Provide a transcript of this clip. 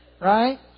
Right